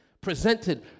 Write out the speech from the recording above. presented